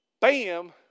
bam